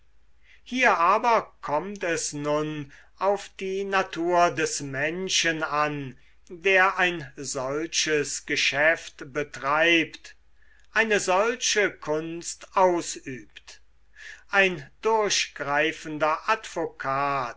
hier aber kommt es nun auf die natur des menschen an der ein solches geschäft betreibt eine solche kunst ausübt ein durchgreifender